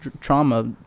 trauma